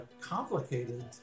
complicated